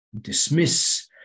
dismiss